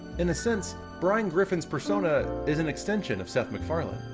in a sense, brian griffin's persona is an extension of seth macfarlane.